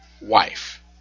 wife